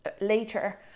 later